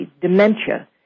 dementia